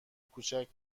کوچیک